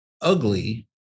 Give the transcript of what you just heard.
ugly